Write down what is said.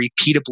repeatably